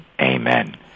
Amen